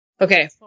okay